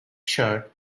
shirt